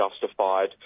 justified